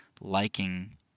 liking